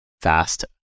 fast